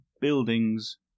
buildings